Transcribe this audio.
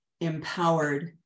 empowered